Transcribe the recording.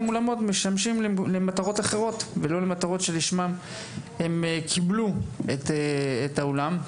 אולמות משמשים למטרות אחרות ולא למטרות שלשמן הם קיבלו את האולם.